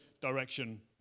direction